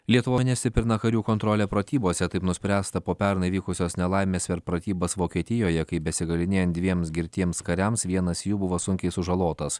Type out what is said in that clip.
lietuvoj nesipina karių kontrolė pratybose taip nuspręsta po pernai įvykusios nelaimės pratybas vokietijoje kai besigalynėjant dviems girtiems kariams vienas jų buvo sunkiai sužalotas